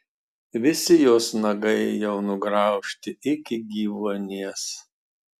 visi jos nagai jau nugraužti iki gyvuonies